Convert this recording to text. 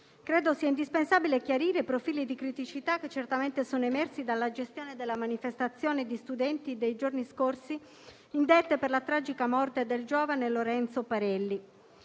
Credo sia indispensabile chiarire i profili di criticità che certamente sono emersi dalla gestione della manifestazione di studenti dei giorni scorsi, indetta per la tragica morte del giovane Lorenzo Parelli.